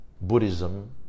Buddhism